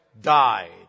died